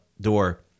door